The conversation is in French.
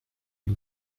une